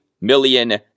million